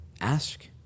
ask